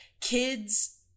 kids